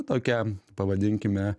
tokią pavadinkime